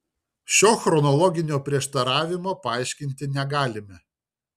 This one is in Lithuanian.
šio chronologinio prieštaravimo paaiškinti negalime